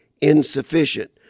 insufficient